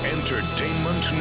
Entertainment